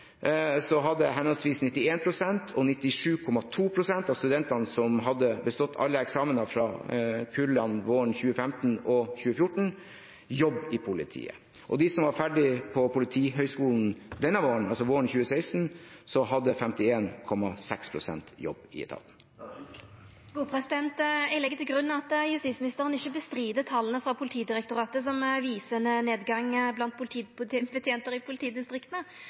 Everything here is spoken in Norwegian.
hadde henholdsvis 91 pst. og 97,2 pst. av studentene fra kullene våren 2015 og 2014 som hadde bestått alle eksamener, jobb i politiet. Av dem som var ferdig på Politihøgskolen våren 2016, hadde 51,6 pst. jobb i etaten. Eg legg til grunn at justisministeren ikkje går imot tala frå Politidirektoratet, som viser ein nedgang blant politibetjentar i politidistrikta. Eg registrerer at svaret hans i